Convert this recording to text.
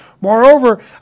Moreover